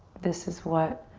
this is what